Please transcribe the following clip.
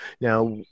Now